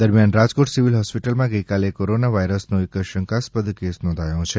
દરમિયાન રાજકોટ સિવિલ હોસ્પિટલમાં ગઇકાલે કોરોના વાયરસનો એક શંકાસ્પદ કેસ નોંધાયો છે